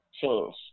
change